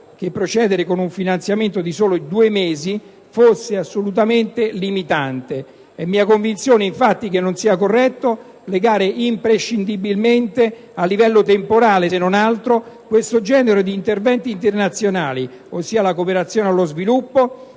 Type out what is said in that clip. che procedere con un finanziamento di soli due mesi fosse assolutamente limitante. È mia convinzione infatti che non sia corretto legare imprescindibilmente a livello temporale - se non altro - questo genere di interventi internazionali (ossia, la cooperazione allo sviluppo)